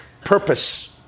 purpose